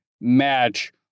match